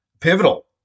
Pivotal